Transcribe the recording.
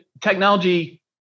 technology